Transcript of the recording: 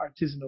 artisanal